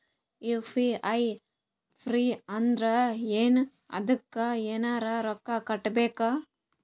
UPI free ಅದಾರಾ ಏನ ಅದಕ್ಕ ಎನೆರ ರೊಕ್ಕ ಕೊಡಬೇಕ?